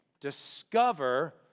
discover